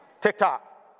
TikTok